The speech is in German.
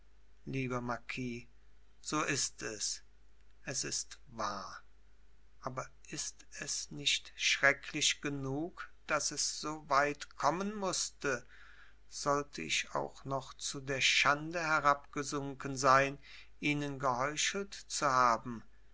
lieber marquis so ist es es ist wahr aber ist es nicht schrecklich genug daß es so weit kommen mußte sollte ich auch noch zu der schande herabgesunken sein ihnen geheuchelt zu haben